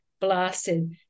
blasted